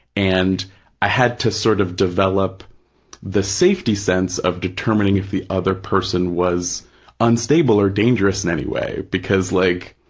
and i had to sort of develop the safety sense of determining if the other person was unstable or dangerous in any way, because like,